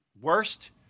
Worst